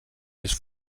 més